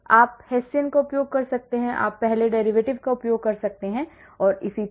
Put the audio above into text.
आप हेसियन का उपयोग कर सकते हैं या आप पहले derivative का उपयोग कर सकते हैं और इसी तरह